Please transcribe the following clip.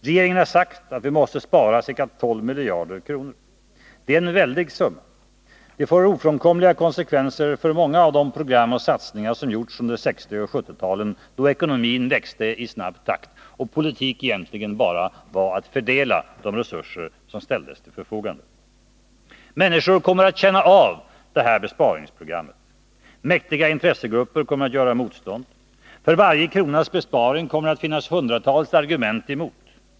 Regeringen har sagt att vi måste spara ca 12 miljarder kronor. Det är en väldig summa. Det får ofrånkomliga konsekvenser för många av de program och satsningar som gjorts under 1960 och 1970-talen då ekonomin växte i snabb takt och politik egentligen bara var att fördela de resurser som ställdes till förfogande. Människor kommer att känna av det här besparingsprogrammet. Mäktiga intressegrupper kommer att göra motstånd. För varje kronas besparing kommer det att finnas hundratals argument emot.